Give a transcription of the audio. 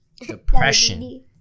depression